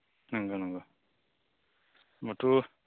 नंगौ नंगौ होनबाथ'